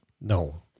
No